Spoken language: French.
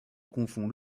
confond